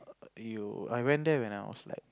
err you I went there when I was like